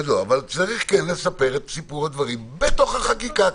אבל צריך לספר את סיפור הדברים בתוך החקיקה,